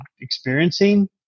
experiencing